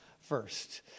first